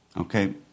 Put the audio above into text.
Okay